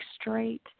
straight